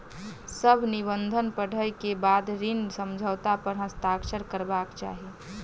सभ निबंधन पढ़ै के बाद ऋण समझौता पर हस्ताक्षर करबाक चाही